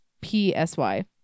P-S-Y